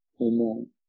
Amen